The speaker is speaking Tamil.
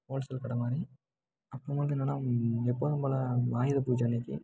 ஹோல்சேல் கடை மாதிரி அப்போ வந்து என்னென்னா எப்போவும் போல் ஆயுத பூஜை அன்னைக்கு